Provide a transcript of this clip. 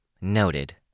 Noted